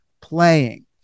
playing